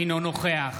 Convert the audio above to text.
אינו נוכח